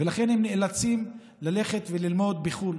לכן הם נאלצים ללכת ללמוד בחו"ל.